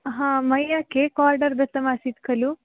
हा मया cake order दत्तमासीत् खलु